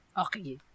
Okay